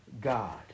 God